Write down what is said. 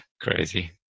crazy